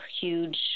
huge